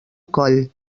coll